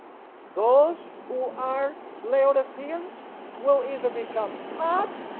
those who are laodiceans will either become hot,